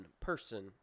person